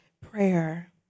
prayer